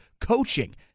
coaching